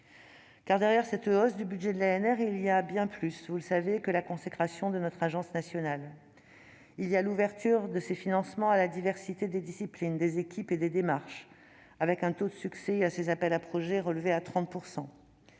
Derrière cette hausse du budget de l'ANR, il y a bien plus, vous le savez, que la consécration de notre agence nationale. Il y a aussi l'ouverture de ses financements à la diversité des disciplines, des équipes et des démarches, avec un taux de succès de ses appels à projets relevé à 30 %.